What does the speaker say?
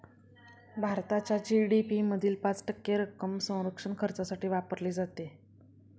भारताच्या जी.डी.पी मधील पाच टक्के रक्कम संरक्षण खर्चासाठी वापरली जाते